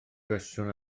gwestiwn